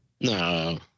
No